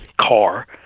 car